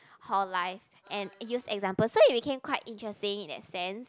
hall life and use example so it became quite interesting in that sense